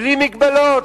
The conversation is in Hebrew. בלי מגבלות.